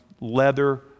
leather